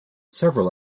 several